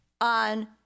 on